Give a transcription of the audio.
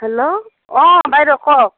hello অ বাইদেউ কওক